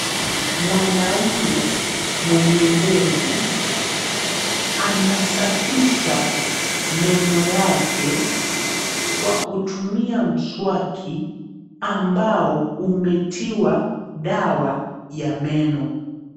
Mwanaume, mwenye ndevu ,anasafisha meno yake kwa kutumia mswaki ,ambao umetiwa dawa ya meno.